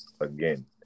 again